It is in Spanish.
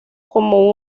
como